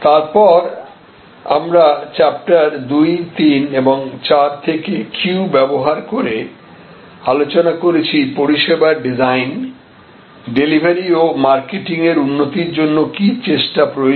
তারপর আমরা চ্যাপ্টার 2 3 ও 4 থেকে কিউ ব্যবহার করে আলোচনা করেছি পরিষেবার ডিজাইন ডেলিভারি ও মার্কেটিং এর উন্নতির জন্য কি চেষ্টা প্রয়োজন